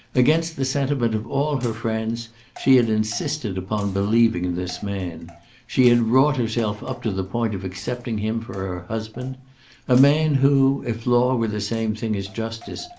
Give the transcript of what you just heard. against the sentiment of all her friends she had insisted upon believing in this man she had wrought herself up to the point of accepting him for her husband a man who, if law were the same thing as justice,